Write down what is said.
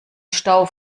stau